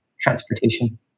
transportation